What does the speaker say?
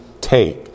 take